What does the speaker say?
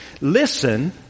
listen